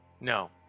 No